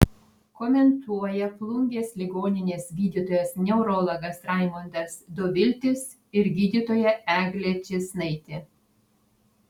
komentuoja plungės ligoninės gydytojas neurologas raimondas doviltis ir gydytoja eglė čėsnaitė